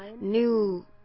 new